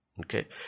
Okay